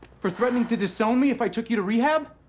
for threatening to disown me if i took you to rehab?